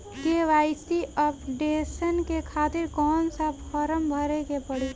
KYC updation के खातिर कौन सा फारम भरे के पड़ी?